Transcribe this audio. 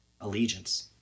allegiance